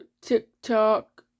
TikTok